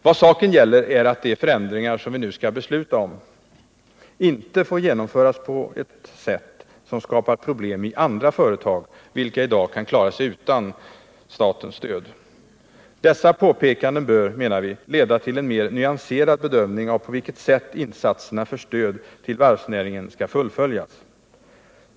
Vad saken gäller är att de förändringar som vi nu skall besluta om inte får genomföras på ett sätt som skapar problem i andra företag, vilka i dag kan klara sig utan statens stöd. Dessa påpekanden bör, menar vi, leda till en mer nyanserad bedömning av på vilket sätt insatserna för stöd till varvsnäringen skall fullföljas.